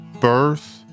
Birth